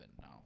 now